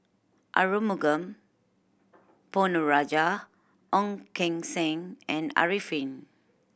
Arumugam Ponnu Rajah Ong Keng Sen and Arifin